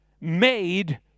made